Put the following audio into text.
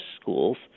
schools